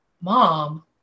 Mom